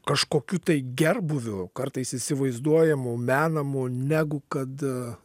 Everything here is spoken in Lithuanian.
kažkokiu tai gerbūviu kartais įsivaizduojamu menamu negu kad